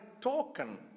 token